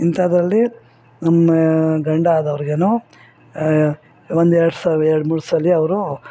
ಇಂಥದ್ರಲ್ಲಿ ನಮ್ಮ ಗಂಡ ಆದವ್ರಿಗು ಒಂದೆರಡು ಸಲ ಎರಡುಮೂರು ಸಲ ಅವರು